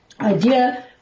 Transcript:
idea